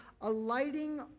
alighting